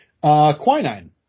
Quinine